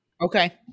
Okay